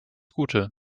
gute